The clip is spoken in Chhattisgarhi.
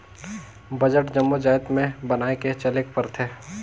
बजट जम्मो जाएत में बनाए के चलेक परथे